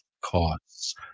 costs